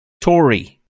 Tory